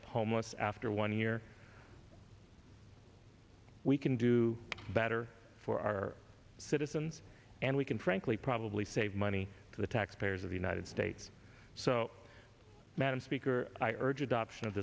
the homeless after one year we can do better for our citizens and we can frankly probably save money to the taxpayers of the united states so madam speaker i urge adoption of